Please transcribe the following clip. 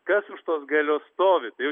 kas už tos galios stovi tai